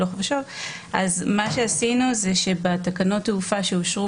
אז מה שעשינו זה שבתקנות התעופה שאושרו